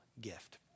gift